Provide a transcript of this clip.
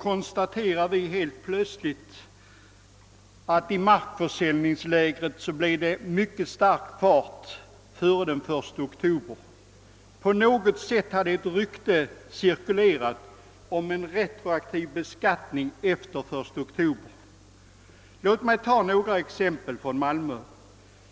kunde vi strax före den 1 oktober helt plötsligt konstatera att det blev stor fart i markförsäljningslägret. På något sätt hade ett rykte cirkulerat om att den beskattning vi nu diskuterar skulle göras retroaktiv från den 1 oktober. Låt mig ta några exempel från Malmö.